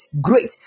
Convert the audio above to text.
great